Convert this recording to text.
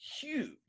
huge